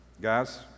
guys